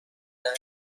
دریا